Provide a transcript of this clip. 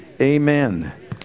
amen